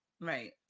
Right